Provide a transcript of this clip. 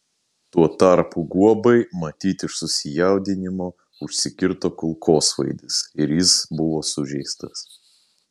tuo tarpu guobai matyt iš susijaudinimo užsikirto kulkosvaidis ir jis buvo sužeistas